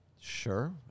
sure